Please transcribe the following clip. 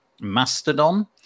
Mastodon